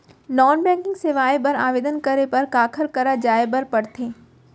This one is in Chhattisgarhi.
नॉन बैंकिंग सेवाएं बर आवेदन करे बर काखर करा जाए बर परथे